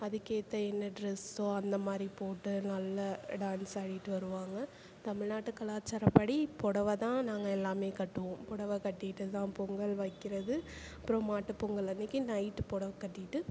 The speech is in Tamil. அதுக்கேற்ற என்ன ட்ரெஸ்ஸோ அந்த மாதிரி போட்டு நல்ல டான்ஸ் ஆடிகிட்டு வருவாங்க தமில்நாட்டு கலாச்சாரப்படி புடவ தான் நாங்கள் எல்லாமே கட்டுவோம் புடவ கட்டிட்டு தான் பொங்கல் வைக்கிறது அப்புறம் மாட்டுப்பொங்கல் அன்னைக்கு நைட் புடவ கட்டிக்கிட்டு